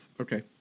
Okay